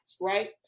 right